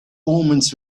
omens